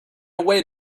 away